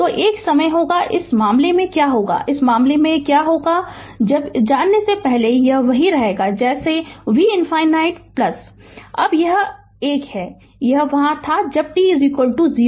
तो एक समय होगा इस मामले में क्या होगा इस मामले में क्या होगा इस मामले में इस मामले में जाने से पहले यह वही रहेगा जैसे v ∞ अब यह एक यह वहां था जब t 0